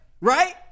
Right